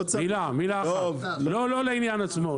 מילה אחת לא לעניין עצמו.